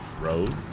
Road